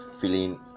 feeling